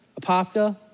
Apopka